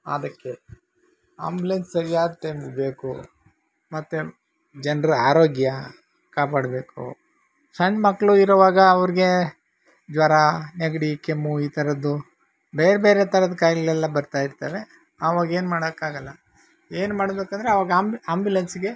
ಅದಕ್ಕೆ ಆಂಬ್ಲೆನ್ಸ್ ಸರಿಯಾದ ಟೈಮಿಗೆ ಬೇಕು ಮತ್ತು ಜನರ ಆರೋಗ್ಯ ಕಾಪಾಡಬೇಕು ಸಣ್ಣ ಮಕ್ಕಳು ಇರುವಾಗ ಅವ್ರಿಗೆ ಜ್ವರ ನೆಗಡಿ ಕೆಮ್ಮು ಈ ಥರದ್ದು ಬೇರೆ ಬೇರೆ ಥರದ ಕಾಯಿಲೆಗ್ಳೆಲ್ಲ ಬರ್ತಾ ಇರ್ತಾವೆ ಅವಾಗೇನು ಮಾಡೋಕ್ಕಾಗಲ್ಲ ಏನು ಮಾಡಬೇಕಂದ್ರೆ ಅವಾಗ ಆಂಬ್ ಆಂಬುಲೆನ್ಸ್ಗೆ